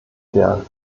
der